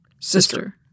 sister